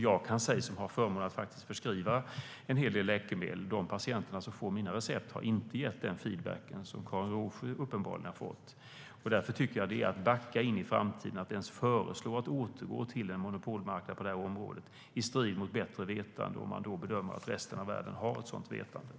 Jag som har förmånen att förskriva en hel del läkemedel kan säga att de patienter som får mina recept inte har gett den feedback som Karin Rågsjö uppenbarligen har fått. Jag tycker att det är att backa in i framtiden att ens föreslå att återgå till en monopolmarknad på det här området. Det görs i strid mot bättre vetande om man bedömer att de i resten av världen har ett sådant vetande.